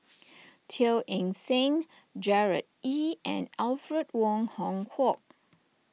Teo Eng Seng Gerard Ee and Alfred Wong Hong Kwok